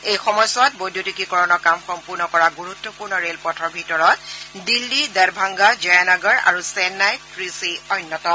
এই সময়চোৱাত বৈদ্যুতিকিকৰণৰ কাম সম্পূৰ্ণ কৰা গুৰুত্বপূৰ্ণ ৰেলপথৰ ভিতৰত দিল্লী দৰভংগা জয়ানগৰ আৰু চেন্নাই ব্ৰিচি অন্যতম